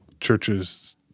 churches